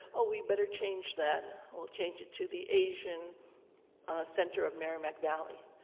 oh, we better change that. we'll change it to the asian center of merrimack valley.